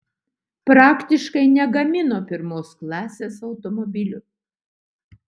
praktiškai negamino pirmos klasės automobilių